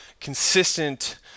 consistent